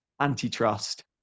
antitrust